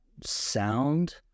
sound